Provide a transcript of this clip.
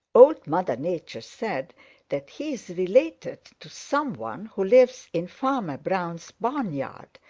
old mother nature said that he is related to some one who lives in farmer brown's barnyard,